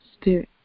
Spirit